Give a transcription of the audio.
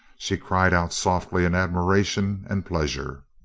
she cried out softly in admiration and pleasure.